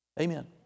Amen